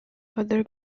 father